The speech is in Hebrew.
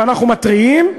ואנחנו מתריעים,